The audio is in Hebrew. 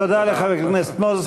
תודה לחבר הכנסת מוזס.